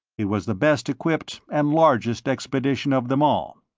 it was the best equipped and largest expedition of them all.